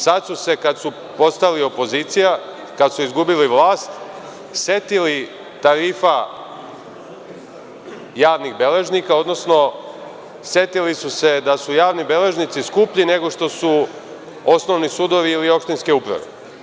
Sad su se, kad su postali opozicija, kad su izgubili vlast, setili tarifa javnih beležnika, odnosno setili su se da su javni beležnici skuplji nego što su osnovni sudovi ili opštinske uprave.